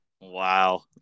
Wow